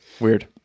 Weird